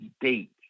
date